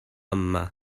ama